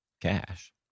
cash